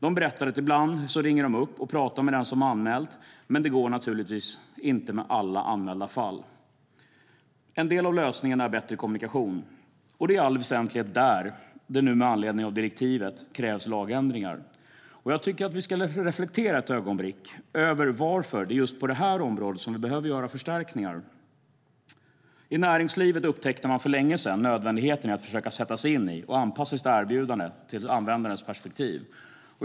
De berättar att de ibland ringer upp och pratar med den som har gjort en anmälan, men det går naturligtvis inte med alla anmälda fall. En del av lösningen är bättre kommunikation. Det är i all väsentlighet där det nu med anledning av direktivet krävs lagändringar. Jag tycker att vi ska reflektera ett ögonblick över varför det är just på detta område vi behöver göra förstärkningar. I näringslivet upptäckte man för länge sedan nödvändigheten i att försöka sätta sig in i, och anpassa sitt erbjudande till, användarens perspektiv.